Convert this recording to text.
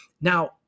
now